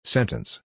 Sentence